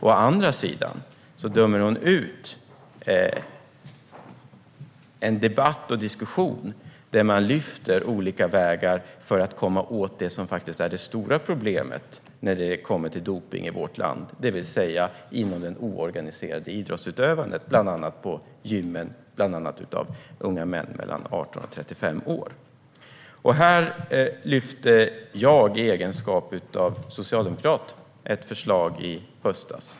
Å andra sidan dömer hon ut en debatt och en diskussion där man lyfter olika vägar för att komma åt det som är det stora problemet när det kommer till dopning i vårt land, det vill säga dopningen inom det oorganiserade idrottsutövandet, bland annat på gymmen, när det gäller unga män mellan 18 och 35 år. I egenskap av socialdemokrat lyfte jag ett förslag i höstas.